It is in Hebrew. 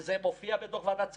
זה מופיע בדוח ועדת סגיס,